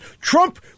Trump